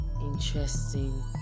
interesting